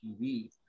tv